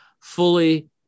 Fully